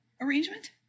arrangement